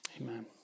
Amen